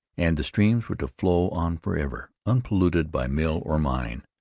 and the streams were to flow on forever unpolluted by mill or mine.